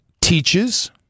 Teaches